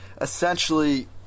essentially